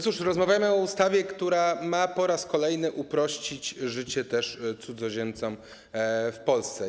Cóż, rozmawiamy o ustawie, która ma po raz kolejny uprościć też życie cudzoziemcom w Polsce.